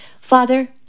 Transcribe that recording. Father